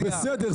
זה בסדר,